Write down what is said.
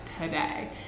today